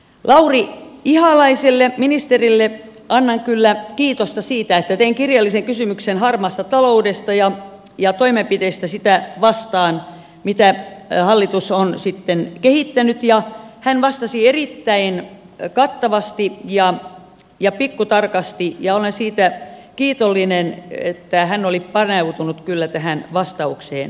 lauri ihalaiselle ministerille annan kyllä kiitosta siitä että kun tein kirjallisen kysymyksen harmaasta taloudesta ja toimenpiteistä mitä hallitus on sitten kehittänyt sitä vastaan hän vastasi erittäin kattavasti ja pikkutarkasti ja olen siitä kiitollinen että hän oli paneutunut kyllä tähän vastaukseen täysillä